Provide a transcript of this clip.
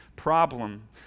problem